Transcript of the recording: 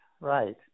right